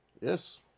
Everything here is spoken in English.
Yes